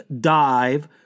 dive